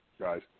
guys